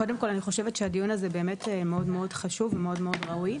קודם כל אני חושבת שהדיון הזה מאוד חשוב ומאוד ראוי,